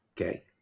okay